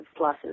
pluses